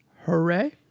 Hooray